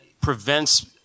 prevents